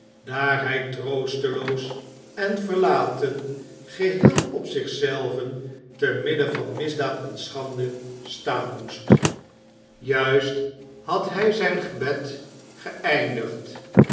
daar hij troosteloos en verlaten geheel op zich zelven te midden van misdaad en schande staan moest juist had hij zijn gebed geëindigd